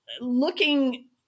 looking